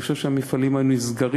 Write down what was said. אני חושב שהמפעלים היו נסגרים,